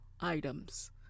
items